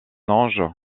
ange